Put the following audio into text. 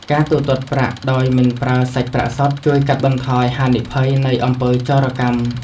ការទូទាត់ប្រាក់ដោយមិនប្រើសាច់ប្រាក់សុទ្ធ ជួយកាត់បន្ថយហានិភ័យនៃអំពើចោរកម្ម។